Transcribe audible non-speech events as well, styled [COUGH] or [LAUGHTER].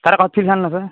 তাৰে কাষত [UNINTELLIGIBLE]